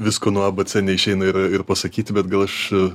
visko nuo a b c neišeina ir ir pasakyti bet gal aš